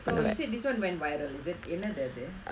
so you said this [one] went viral is it என்னது அது:ennathu athu